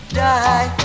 die